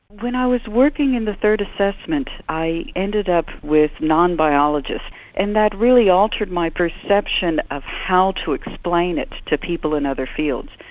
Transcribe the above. when i was working in the third assessment i ended up with non-biologists and that really altered my perception of how to explain it to people in other fields,